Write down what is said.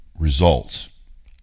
results